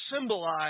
symbolize